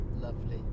Lovely